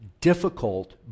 difficult